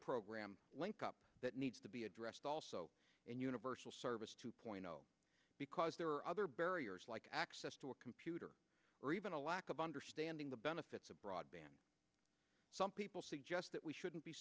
program link up that needs to be addressed also and universal service two point zero because there are other barriers like access to a computer or even a lack of understanding the benefits of broadband some people suggest that we shouldn't be